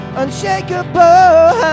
unshakable